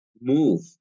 move